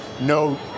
no